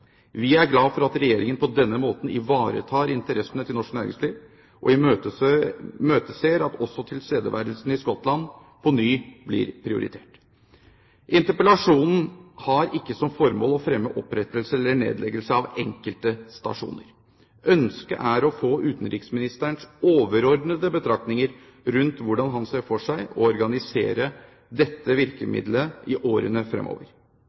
Vi er glad for at Regjeringen på denne måten ivaretar interessene til norsk næringsliv, og imøteser at også tilstedeværelsen i Skottland på ny blir prioritert. Interpellasjonen har ikke som formål å fremme opprettelse eller nedleggelse av enkelte stasjoner. Ønsket er å få utenriksministerens overordnede betraktninger rundt hvordan han ser for seg å organisere dette virkemidlet i årene fremover,